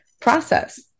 process